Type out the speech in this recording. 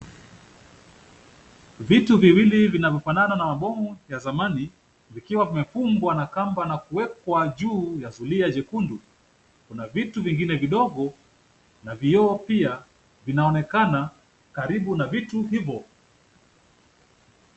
Vitu viwili vinavyofanana na mabomu ya zamani vikiwa vimefungwa na kamba na kuwekwa juu ya zulia jekundu. Kuna vitu vingine vidogo na vioo pia vinaonekana karibu na vitu hivo.